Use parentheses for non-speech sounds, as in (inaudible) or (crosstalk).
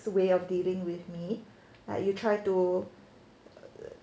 the way of dealing with me like you try to (noise)